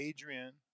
Adrian